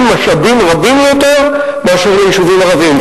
משאבים רבים יותר מאשר ליישובים ערביים.